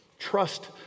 Trust